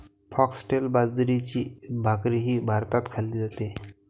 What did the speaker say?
foxtail बाजरीची भाकरीही भारतात खाल्ली जाते